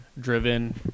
driven